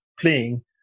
playing